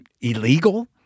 illegal